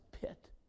pit